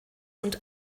und